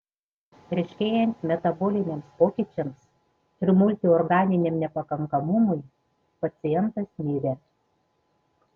ryškėjant metaboliniams pokyčiams ir multiorganiniam nepakankamumui pacientas mirė